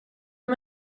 hur